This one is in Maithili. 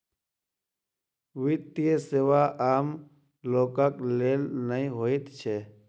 वित्तीय सेवा आम लोकक लेल नै होइत छै